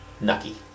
Nucky